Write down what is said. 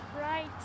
Right